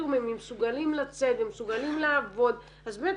הספקטרום מסוגלים לצאת ומסוגלים לעבוד אז באמת,